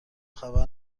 خبر